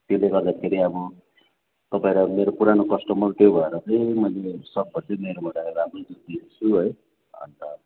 त्यसले गर्दाखेरि अब तपाईँहरू अब मेरो पुरानो कस्टमर त्यो भएर चाहिँ मैले सकभर चाहिँ मेरोबाट राम्रै दुध दिन्छु है अन्त